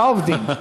מה, עובדים?